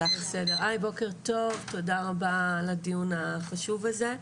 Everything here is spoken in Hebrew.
בוקר טוב, תודה רבה על הדיון החשוב הזה.